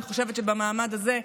אני חושבת שבמעמד הזה,